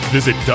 Visit